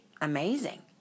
amazing